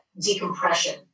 decompression